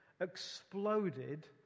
exploded